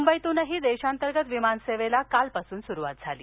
मुंबईतूनही देशांतर्गत विमानसेवेला कालपासून सुरुवात झाली